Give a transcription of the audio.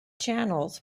channels